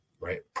right